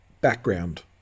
background